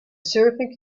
surfing